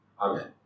Amen